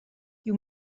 you